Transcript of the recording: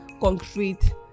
concrete